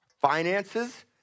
Finances